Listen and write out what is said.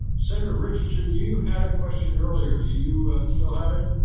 senator richardson, you had a question earlier, do you still have it?